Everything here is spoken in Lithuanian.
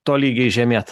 tolygiai žemėt